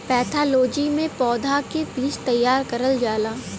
pathology में पौधा के बीज तैयार करल जाला